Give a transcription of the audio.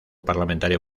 parlamentario